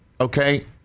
okay